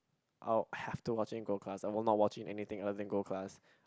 I'll have to watch it in gold class I will not watch it in anything else in gold class